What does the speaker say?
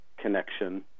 connection